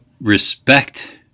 respect